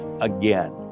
again